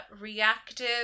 reactive